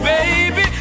Baby